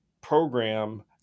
program